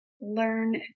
learn